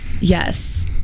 yes